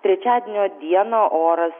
trečiadienio dieną oras